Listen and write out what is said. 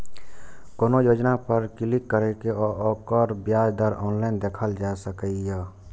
कोनो योजना पर क्लिक कैर के ओकर ब्याज दर ऑनलाइन देखल जा सकैए